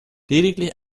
lediglich